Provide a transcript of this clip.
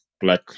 black